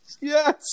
yes